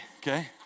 okay